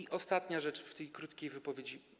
I ostatnia rzecz w tej krótkiej wypowiedzi.